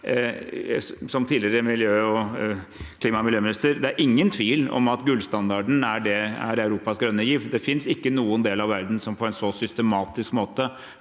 Som tidligere klima- og miljøminister har jeg også lyst til å si at det er ingen tvil om at gullstandarden er Europas grønne giv. Det finnes ikke noen del av verden som på en så systematisk måte